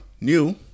new